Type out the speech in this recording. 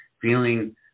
feeling